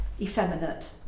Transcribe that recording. effeminate